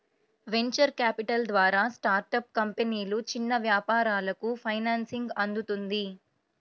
venture capital ద్వారా startup కంపెనీలు, చిన్న వ్యాపారాలకు ఫైనాన్సింగ్ అందుతుంది